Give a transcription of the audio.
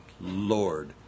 Lord